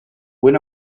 when